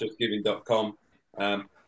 justgiving.com